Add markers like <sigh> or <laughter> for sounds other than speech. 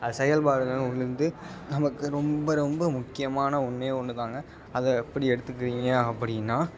அது செயல்பாடு <unintelligible> வந்து நமக்கு ரொம்ப ரொம்ப முக்கியமான ஒன்றே ஒன்று தாங்க அதை எப்படி எடுத்துக்கிறீங்க அப்படின்னா